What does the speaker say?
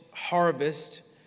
harvest